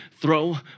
throw